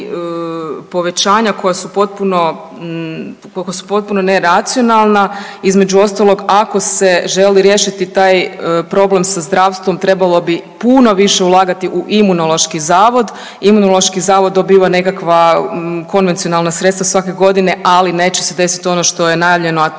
potpuno, koja su potpuno neracionalna. Između ostalog ako se želi riješiti taj problem sa zdravstvom trebalo bi puno više ulagati u Imunološki zavod, Imunološki zavod dobivao je nekakva konvencionalna sredstva svake godine, ali neće se desit ono što je najavljeno, a to je